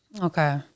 okay